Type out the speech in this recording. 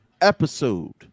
episode